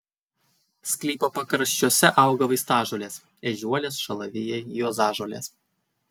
sklypo pakraščiuose auga vaistažolės ežiuolės šalavijai juozažolės